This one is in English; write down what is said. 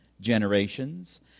generations